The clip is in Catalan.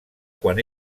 quan